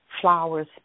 flowers